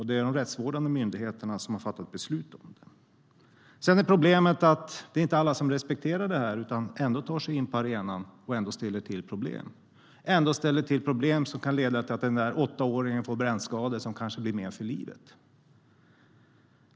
Det är de rättsvårdande myndigheterna som har fattat besluten. Problemet är sedan att det inte är alla som respekterar detta, utan de tar sig ändå in på arenan och ställer till problem - problem som kan leda till att den där åttaåringen får brännskador som kanske blir men för livet.